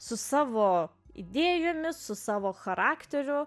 su savo idėjomis su savo charakteriu